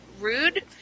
rude